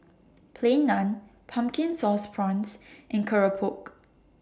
Plain Naan Pumpkin Sauce Prawns and Keropok